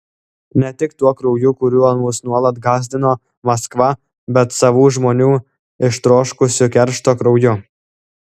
ne tik tuo krauju kuriuo mus nuolat gąsdino maskva bet savų žmonių ištroškusių keršto krauju